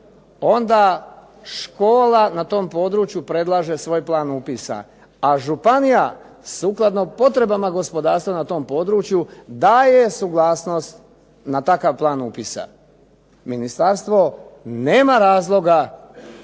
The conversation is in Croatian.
onda škola na tom području predlaže svoj plan upisa, a županija sukladno potrebama gospodarstva na tom području, daje suglasnost na takav plan upisa. Ministarstvo nema razloga